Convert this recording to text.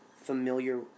familiar